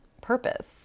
purpose